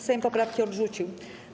Sejm poprawki odrzucił.